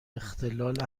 اختلال